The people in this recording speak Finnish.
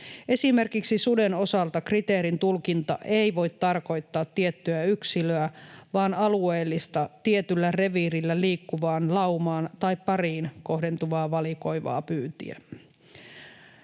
Esimerkiksi suden osalta kriteerin tulkinta ei voi tarkoittaa tiettyä yksilöä vaan alueellista, tietyllä reviirillä liikkuvaan laumaan tai pariin kohdentuvaa valikoivaa pyyntiä.